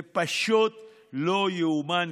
זה פשוט לא ייאמן,